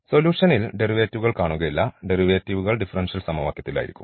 സൊലൂഷൻൽ ഡെറിവേറ്റീവുകൾ കാണുകയില്ല ഡെറിവേറ്റീവുകൾ ഡിഫറൻഷ്യൽ സമവാക്യത്തിലായിരിക്കും